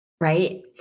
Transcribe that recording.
right